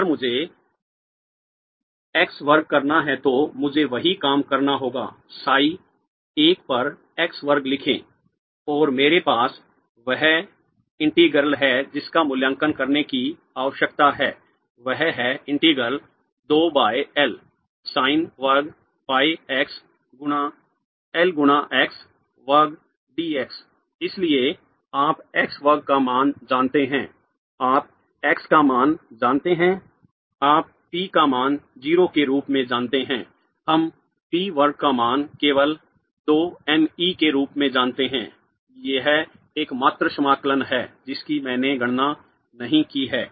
अगर मुझे x वर्ग करना है तो मुझे वही काम करना होगा साई 1 पर x वर्ग लिखें और मेरे पास वह इंटीग्रल है जिसका मूल्यांकन करने की आवश्यकता है वह है इंटीग्रल 2 बाय एल sin वर्ग pi x गुणा L गुणा x वर्ग dx इसलिए आप x वर्ग का मान जानते हैं आप x का मान जानते हैं आप p का मान 0 के रूप में जानते हैं हम p वर्ग का मान केवल 2 m E के रूप में जानते हैं यह एकमात्र समाकलन है जिसकी मैंने गणना नहीं की है